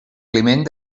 climent